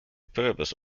purpose